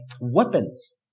weapons